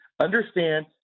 understand